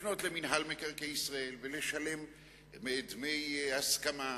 לפנות למינהל מקרקעי ישראל ולשלם דמי הסכמה?